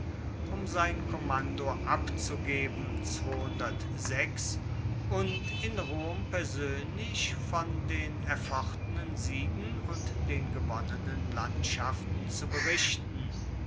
um sein kommando abzugeben und in rom persoenlich von den erfochtenen siegen und den gewonnenen landschaften zu berichten